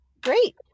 great